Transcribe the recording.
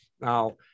Now